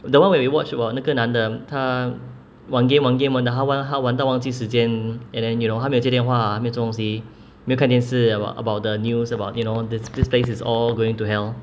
the one where we watched about 那个男的他玩 game 玩 game 玩到他玩到他忘记时间 and then you know 他没有接电话没有做东西没看电视 about about the news about you know this this place is all going to hell